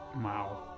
Wow